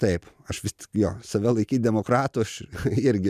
taip aš vis tik jo save laikyt demokratu aš irgi